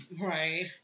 Right